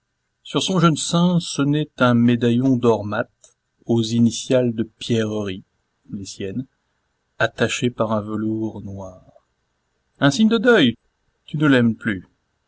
sur son jeune sein sonnait un médaillon d'or mat aux initiales de pierreries les siennes attaché par un velours noir un signe de deuil tu ne l'aimes plus